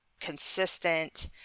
consistent